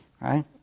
Right